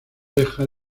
dejar